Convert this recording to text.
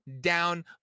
down